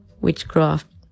witchcraft